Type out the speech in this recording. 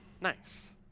nice